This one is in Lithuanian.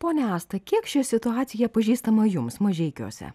ponia asta kiek ši situacija pažįstama jums mažeikiuose